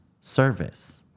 service